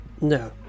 No